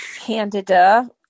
candida